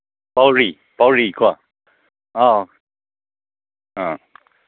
ꯄꯥꯎꯔꯩ ꯄꯥꯎꯔꯩꯀꯣ ꯑꯧ ꯑ